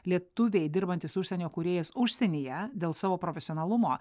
lietuviai dirbantys užsienio kūrėjais užsienyje dėl savo profesionalumo